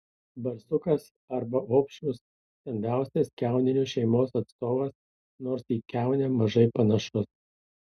barsukas arba opšrus stambiausias kiauninių šeimos atstovas nors į kiaunę mažai panašus